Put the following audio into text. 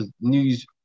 news